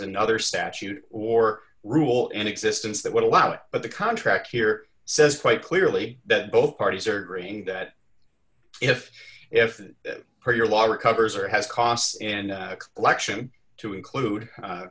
another statute or rule in existence that would allow it but the contract here says quite clearly that both parties are green that if if your lawyer covers or has costs and collection to include